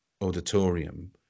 auditorium